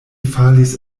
falis